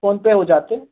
phone पर हो जाते हैं